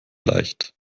leicht